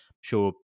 sure